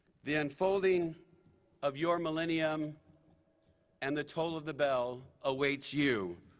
the unfolding of your millennium and the toll of the bill awaits you.